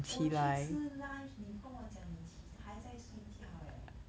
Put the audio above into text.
我去吃 lunch 你跟我讲你起还在睡觉 eh